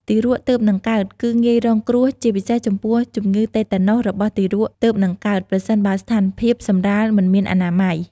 ទារកទើបនឹងកើតគឺងាយរងគ្រោះជាពិសេសចំពោះជំងឺតេតាណូសរបស់ទារកទើបនឹងកើត ប្រសិនបើស្ថានភាពសម្រាលមិនមានអនាម័យ។